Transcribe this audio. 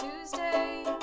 Tuesday